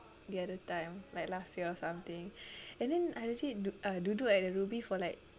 the other time like last year or something and then I actually uh duduk at the rubi for like